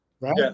right